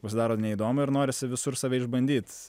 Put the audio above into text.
pasidaro neįdomu ir norisi visur save išbandyt